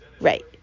Right